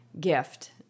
gift